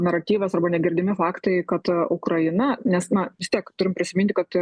naratyvas arba negirdimi faktai kad ukraina nes na vis tiek turim prisiminti kad